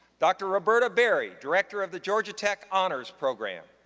dr. roberta berry, director of the georgia tech honors program.